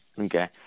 Okay